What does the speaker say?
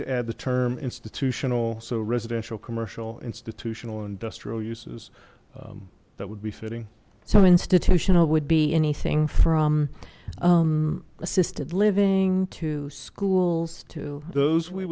to add the term institutional so residential commercial institutional and industrial uses that would be fitting so institutional would be anything from assisted living to schools to those we